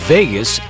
Vegas